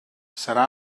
serà